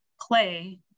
play